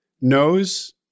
knows